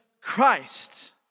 Christ